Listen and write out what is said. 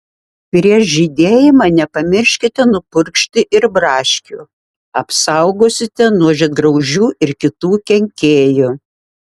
prieš žydėjimą nepamirškite nupurkšti ir braškių apsaugosite nuo žiedgraužių ir kitų kenkėjų